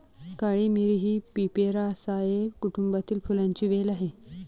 काळी मिरी ही पिपेरासाए कुटुंबातील फुलांची वेल आहे